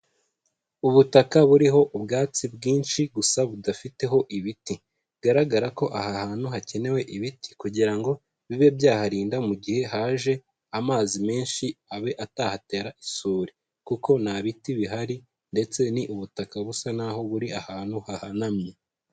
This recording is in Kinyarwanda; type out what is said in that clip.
Ubutaka buriho ubwatsi bwinshi gusa budafiteho ibiti, bigaragara ko aha hantu hakenewe ibiti kugira ngo bibe byaharinda mu gihe haje amazi menshi abe atahatera isuri kuko nta biti bihari ndetse, ni ubutaka busa naho buri ahantu hahanamye.